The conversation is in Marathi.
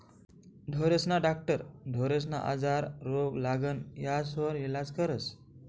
ढोरेस्ना डाक्टर ढोरेस्ना आजार, रोग, लागण यास्वर इलाज करस